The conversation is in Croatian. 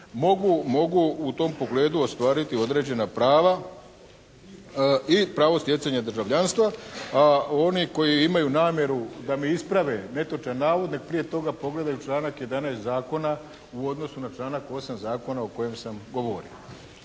mogu u tom pogledu ostvariti određena prava i pravo stjecanja državljanstva. A oni koji imaju namjeru da me isprave netočan navod nek prije toga pogledaju članak 11. Zakona u odnosu na članak 8. Zakona o kojem sam govorio